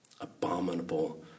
Abominable